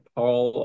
Paul